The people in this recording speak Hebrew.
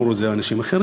אמרו את זה אנשים אחרים,